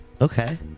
okay